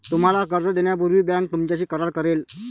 तुम्हाला कर्ज देण्यापूर्वी बँक तुमच्याशी करार करेल